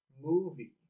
movie